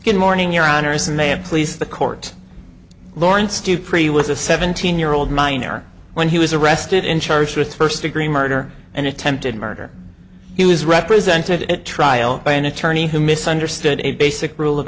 good morning your honors and they have please the court lawrence do pretty with a seventeen year old minor when he was arrested and charged with first degree murder and attempted murder he was represented at trial by an attorney who misunderstood a basic rule of